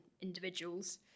individuals